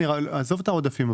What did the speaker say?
עזוב את העודפים,